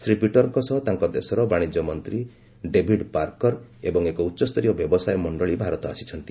ଶ୍ରୀ ପିଟରଙ୍କ ସହ ତାଙ୍କ ଦେଶର ବାଣିଜ୍ୟ ମନ୍ତ୍ରୀ ଡେଭିଡ୍ ପାରକର ଏବଂ ଏକ ଉଚ୍ଚସ୍ତରୀୟ ବ୍ୟବସାୟ ମଣ୍ଡଳୀ ଭାରତ ଆସିଛନ୍ତି